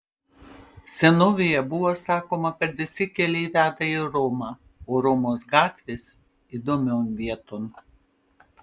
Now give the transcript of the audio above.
senovėje buvo sakoma kad visi keliai veda į romą o romos gatvės įdomion vieton